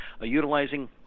utilizing